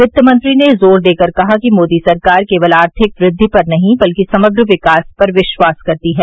वित्त मंत्री ने जोर देकर कहा कि मोदी सरकार केवल आर्थिक वृद्वि पर नहीं बल्कि समग्र विकास पर विश्वास करती है